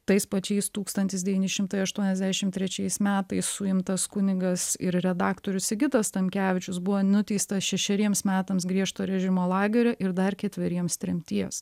tais pačiais tūkstantis devyni šimtai aštuoniasdešim trečiais metais suimtas kunigas ir redaktorius sigitas tamkevičius buvo nuteistas šešeriems metams griežto režimo lagerio ir dar ketveriems tremties